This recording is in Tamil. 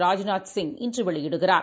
ராஜ்நாத் சிங் இன்றவெளியிடுகிறார்